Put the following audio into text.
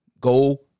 Go